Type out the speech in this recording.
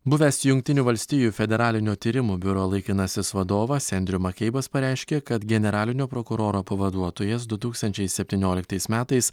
buvęs jungtinių valstijų federalinio tyrimų biuro laikinasis vadovas endriu makeibas pareiškė kad generalinio prokuroro pavaduotojas du tūkstančiai septynioliktais metais